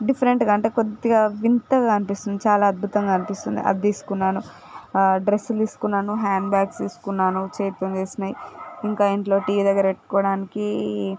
డిఫరెంట్గా అంటే కొద్దిగా వింతగా అనిపిస్తుంది చాలా అద్భుతంగా అనిపిస్తుంది అది తీసుకున్నాను ఆ డ్రెస్ తీసుకున్నాను హాండ్తీబ్యాగ్స్ తీసుకున్నాను చేతితో చేసినవి ఇంకా ఇంట్లో టీవీ దగ్గర పెట్టుకోవడానికి